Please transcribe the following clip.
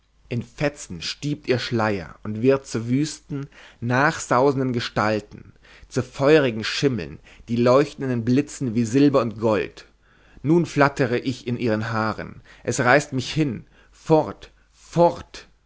in fetzen stiebt ihr schleier und wird zu wüsten nachsausenden gestalten zu feurigen schimmeln die leuchten in den blitzen wie silber und gold nun flattere ich in ihren haaren es reißt mich hin fort fort